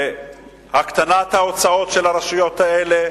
והקטנת ההוצאות של הרשויות האלה,